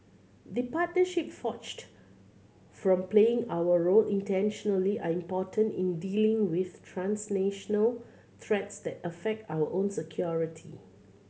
the partnerships forged from playing our role intentionally are important in dealing with transnational threats that affect our own security